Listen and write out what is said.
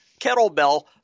kettlebell